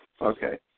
okay